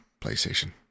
playstation